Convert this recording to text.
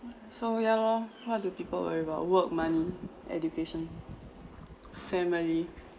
so ya lor what do people worry about work money education family